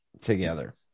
together